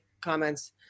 comments